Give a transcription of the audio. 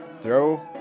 Throw